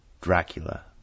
Dracula